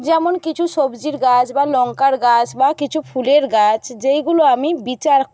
যেমন কিছু সবজির গাছ বা লঙ্কার গাছ বা কিছু ফুলের গাছ যেইগুলো আমি বিচার